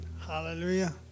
Hallelujah